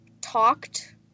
talked